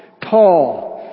Paul